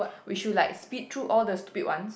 we should like speed through all the stupid ones